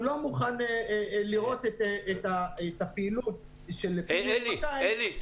שהוא לא מוכן לראות את הפעילות של פיני אלמקייס --- אלי,